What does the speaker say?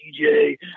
DJ